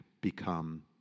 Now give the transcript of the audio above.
become